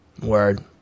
word